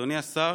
אדוני השר,